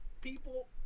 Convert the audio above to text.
people